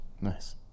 Nice